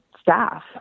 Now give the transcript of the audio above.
staff